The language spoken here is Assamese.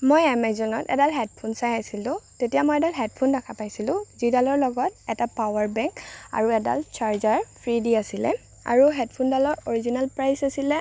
মই এমেজনত এডাল হেডফোন চাই আছিলো তেতিয়া মই এডাল হেডফোন দেখা পাইছিলো যিডালৰ লগত এটা পাৱাৰ বেংক আৰু এডাল ছাৰ্জাৰ ফ্ৰী দি আছিলে আৰু হেডফোনডালৰ অৰিজিনেল প্ৰাইছ আছিলে